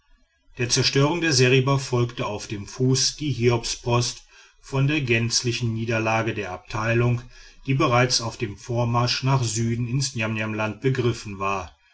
der zerstörung der seriba folgte auf dem fuß die hiobspost von der gänzlichen niederlage der abteilung die bereits auf dem vormarsch nach süden ins niamniamland begriffen war